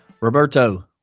Roberto